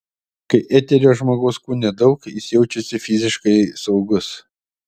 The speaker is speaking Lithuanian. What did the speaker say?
kai eterio žmogaus kūne daug jis jaučiasi fiziškai saugus